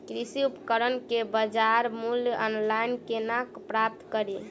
कृषि उपकरण केँ बजार मूल्य ऑनलाइन केना प्राप्त कड़ी?